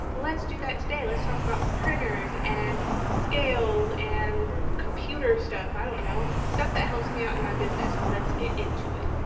let's do that today. let's talk about printers and scales and computer stuff. i don't know, stuff that helps me out in my business. but let's get into it.